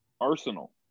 Arsenal